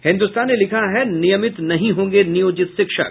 हिन्दुस्तान ने लिखा है नियमित नहीं होंगे नियोजित शिक्षक